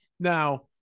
Now